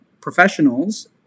professionals